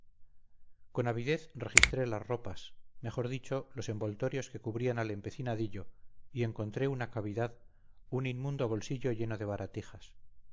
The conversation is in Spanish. con avidez registré las ropas mejor dicho los envoltorios que cubrían al empecinadillo y encontré una cavidad un inmundo bolsillo lleno de